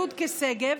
יוד'קה שגב,